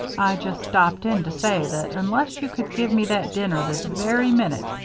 just stopped in to say that unless you could give me that dinner this very minute,